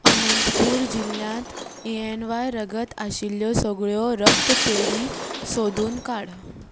अनंतपूर जिल्ल्यांत E N Y रगत आशिल्ल्यो सगळ्यो रक्तपेडी सोदून काड